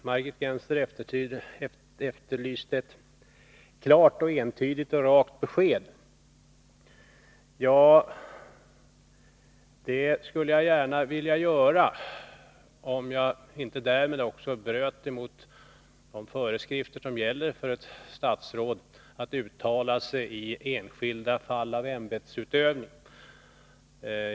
Herr talman! Margit Gennser efterlyste ett klart, entydigt och rakt besked. Jag skulle gärna vilja ge ett sådant, om jag därmed inte bröt emot de föreskrifter som gäller för ett statsråd i fråga om uttalanden i enskilda fall av ämbetsutövning.